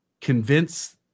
convince